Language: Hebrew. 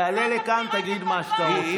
אפשר, תעלה לכאן, תגיד מה שאתה רוצה.